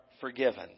forgiven